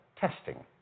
testing